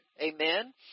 amen